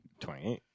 28